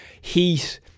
heat